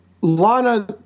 Lana